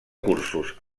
cursos